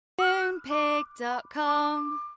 Moonpig.com